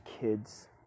kids